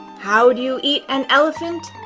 how do you eat an elephant?